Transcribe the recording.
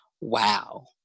wow